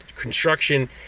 construction